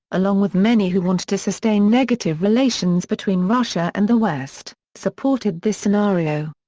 along with many who wanted to sustain negative relations between russia and the west, supported this scenario.